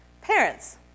Parents